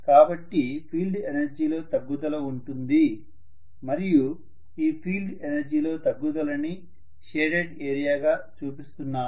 కాబట్టి field energy లో తగ్గుదల ఉంటుంది మరియు ఈ ఫీల్డ్ ఎనర్జీ లో తగ్గుదలని షేడెడ్ ఏరియా గా చుపిస్తున్నాము